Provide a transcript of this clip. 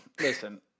Listen